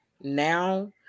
Now